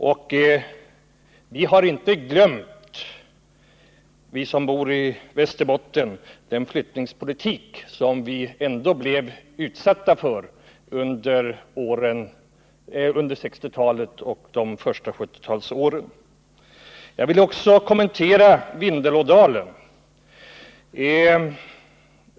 Vi som bor i Västerbotten har inte heller glömt den flyttningspolitik som vi blev utsatta för under 1960-talet och de första 1970-talsåren. Jag vill också kommentera Vindelådalen.